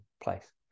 place